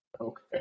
Okay